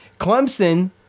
Clemson